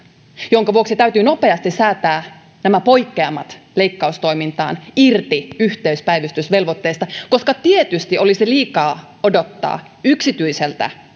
minkä vuoksi täytyy nopeasti säätää nämä poikkeamat leikkaustoimintaan irti yhteispäivystysvelvoitteesta koska tietysti olisi liikaa odottaa yksityiseltä